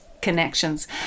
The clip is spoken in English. connections